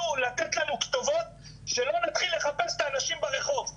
לתת לנו כתובות שלא נתחיל לחפש את האנשים ברחוב,